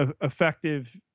effective